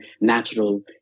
natural